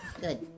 Good